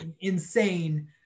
insane